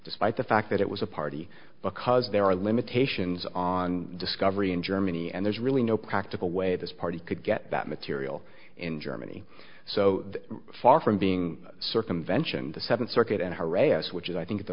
despite the fact that it was a party because there are limitations on discovery in germany and there's really no practical way this party could get that material in germany so far from being circumvention the seventh circuit and her re s which is i think the